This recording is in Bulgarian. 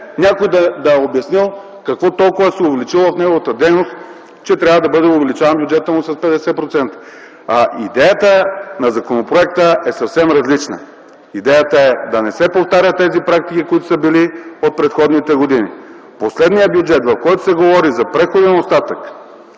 някой да е обяснил какво толкова се е увеличило в неговата дейност, че трябва да бъде увеличаван бюджетът му с 50%. Идеята на законопроекта е съвсем различна. Идеята е: да не се повтарят тези практики, които са били от предходните години. В последния бюджет, в който се говори за преходен остатък